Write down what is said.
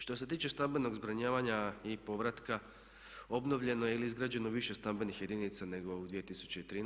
Što se tiče stambenog zbrinjavanja i povratka, obnovljeno je ili izgrađeno više stambenih jedinica nego u 2013.